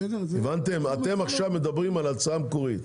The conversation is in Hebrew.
בסדר, אבל בנוסח המקורי,